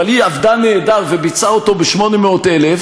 היא עבדה נהדר וביצעה אותו ב-800,000,